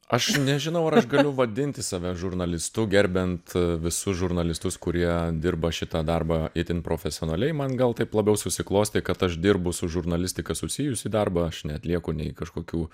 aš nežinau ar aš galiu vadinti save žurnalistu gerbiant visus žurnalistus kurie dirba šitą darbą itin profesionaliai man gal taip labiau susiklostė kad aš dirbu su žurnalistika susijusį darbą aš neatlieku nei kažkokių